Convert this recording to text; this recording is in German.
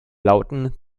lauten